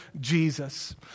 Jesus